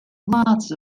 lots